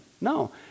no